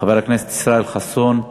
חבר הכנסת ישראל חסון,